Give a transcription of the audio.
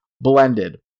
Blended